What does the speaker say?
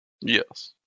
Yes